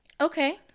Okay